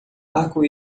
arco